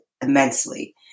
immensely